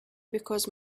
because